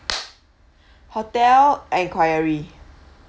hotel enquiry